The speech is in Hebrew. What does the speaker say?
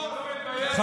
לי,